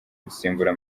gusimbura